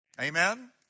Amen